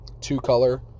two-color